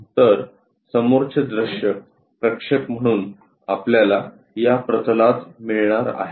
तर समोरचे दृश्य प्रक्षेप म्हणून आपल्याला या प्रतलात मिळणार आहे